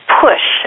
push